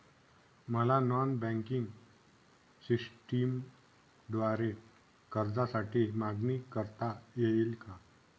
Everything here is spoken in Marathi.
मला नॉन बँकिंग सिस्टमद्वारे कर्जासाठी मागणी करता येईल का?